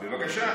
בבקשה.